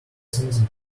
things